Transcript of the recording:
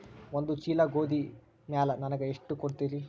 ಒಂದ ಚೀಲ ಗೋಧಿ ಮ್ಯಾಲ ನನಗ ಎಷ್ಟ ಕೊಡತೀರಿ?